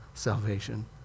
salvation